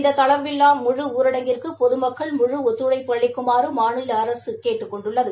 இந்த தளர்வில்லா முழு ஊரடங்கிற்கு பொதுமக்கள் முழு ஒத்துழைப்பு அளிக்குமாறு மாநில அரசு கேட்டுக் கொண்டுள்ளது